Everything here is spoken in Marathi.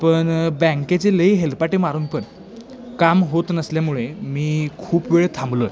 पण बँकेचे लई हेलपाटे मारून पण काम होत नसल्यामुळे मी खूप वेळ थांबलो आहे